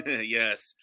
yes